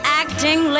acting